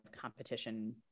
competition